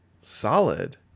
solid